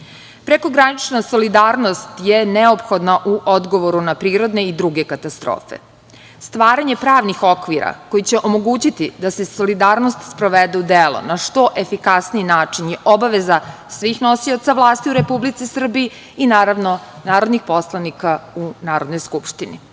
smernice. Prekogranična solidarnost je neophodna u odgovoru na prirodne i druge katastrofe. Stvaranje pravnih okvira koji će omogućiti da se solidarnost sprovede u delo na što efikasniji način je obaveza svih nosioca vlasti u Republici Srbiji i, naravno, narodnih poslanika u Narodnoj skupštini. Sledeći